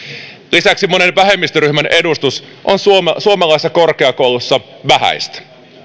lisäksi monen vähemmistöryhmän edustus on suomalaisissa korkeakouluissa vähäistä